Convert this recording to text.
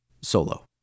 solo